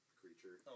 creature